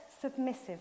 submissive